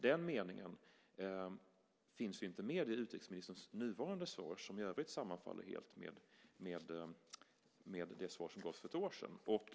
Den meningen finns inte med i utrikesministerns nuvarande svar, som i övrigt sammanfaller helt med det svar som gavs för ett år sedan.